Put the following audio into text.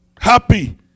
happy